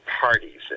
parties